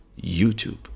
YouTube